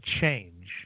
change